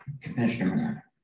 Commissioner